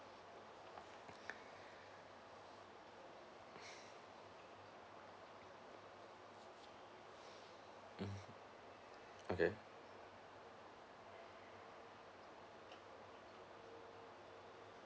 mmhmm okay